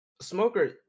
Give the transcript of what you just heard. Smoker